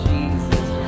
Jesus